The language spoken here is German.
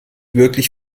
wirklich